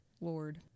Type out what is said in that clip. Lord